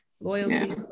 loyalty